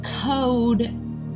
code